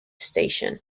station